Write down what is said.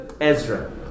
Ezra